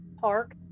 Park